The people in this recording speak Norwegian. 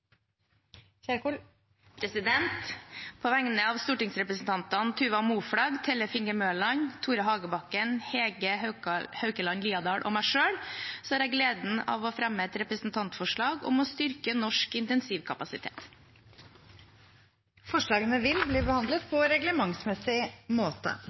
På vegne av stortingsrepresentantene Tuva Moflag, Tellef Inge Mørland, Tore Hagebakken, Hege Haukeland Liadal og meg selv har jeg gleden av å fremme et representantforslag om å styrke norsk intensivkapasitet. Forslagene vil bli behandlet på reglementsmessig måte.